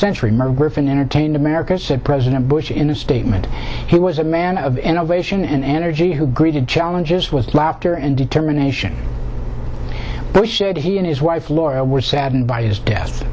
century merv griffin entertained america said president bush in a statement he was a man of innovation and energy who greeted challenges with laughter and determination we shared he and his wife laura were saddened by his death